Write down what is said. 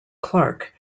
clark